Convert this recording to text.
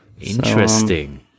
interesting